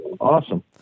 Awesome